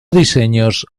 diseños